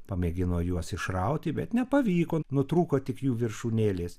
pamėgino juos išrauti bet nepavyko nutrūko tik jų viršūnėlės